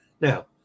now